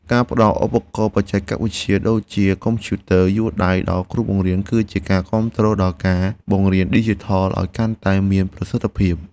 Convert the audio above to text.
ការផ្តល់ឧបករណ៍បច្ចេកវិទ្យាដូចជាកុំព្យូទ័រយួរដៃដល់គ្រូបង្រៀនគឺជាការគាំទ្រដល់ការបង្រៀនឌីជីថលឱ្យកាន់តែមានប្រសិទ្ធភាព។